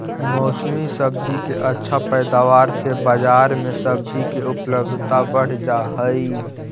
मौसमी सब्जि के अच्छा पैदावार से बजार में सब्जि के उपलब्धता बढ़ जा हई